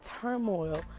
turmoil